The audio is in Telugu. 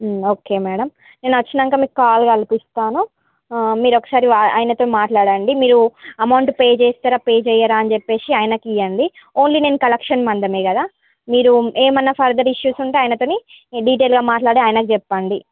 ఓకే మేడం నేను వచ్చినంకా మీకు కాల్ కల్పిస్తాను మీరు ఒకసారి ఆయనతో మాట్లాడండి మీరు అమౌంట్ పే చేస్తారా పే చేయరా అని చెప్పేసి ఆయనకి ఇవ్వండి ఓన్లీ నేను కలెక్షన్ మందమే కదా మీరు ఏమైనా ఫర్దర్ ఇష్యూస్ ఉంటే ఆయనతోని డీటెయిల్గా మాట్లాడి ఆయనకి చెప్పండి